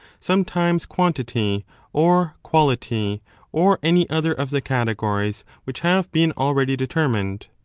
sometimes quantity or quality or any other of the categories which have been already determined.